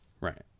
Right